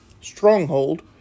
Stronghold